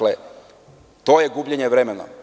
To je gubljenje vremena.